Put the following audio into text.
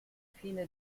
fine